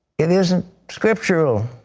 it isn't scriptural.